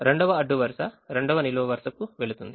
2వ అడ్డు వరుస 2వ నిలువు వరుసకు వెళుతుంది